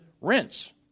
rents